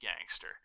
gangster